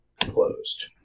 closed